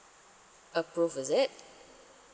approve is it